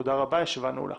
תודה רבה, הישיבה נעולה.